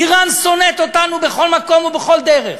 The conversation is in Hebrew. איראן שונאת אותנו בכל מקום ובכל דרך.